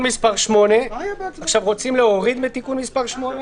מס' 8. רוצים להוריד את הנושא?